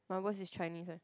my worst is Chinese